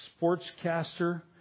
sportscaster